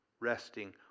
resting